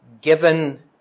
given